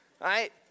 right